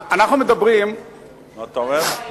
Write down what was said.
קדימה היא